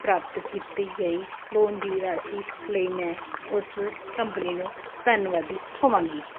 ਪ੍ਰਾਪਤ ਕੀਤੀ ਗਈ ਲੋਨ ਦੀ ਰਾਸ਼ੀ ਲਈ ਮੈਂ ਉਸ ਕੰਪਨੀ ਨੂੰ ਧੰਨਵਾਦੀ ਹੋਵਾਂਗੀ